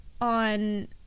on